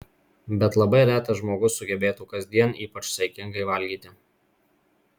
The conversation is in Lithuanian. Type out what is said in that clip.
bet labai retas žmogus sugebėtų kasdien ypač saikingai valgyti